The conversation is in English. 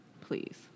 please